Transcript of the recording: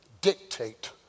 dictate